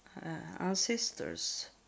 ancestors